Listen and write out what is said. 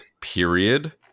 period